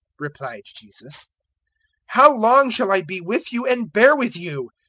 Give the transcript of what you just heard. replied jesus how long shall i be with you and bear with you?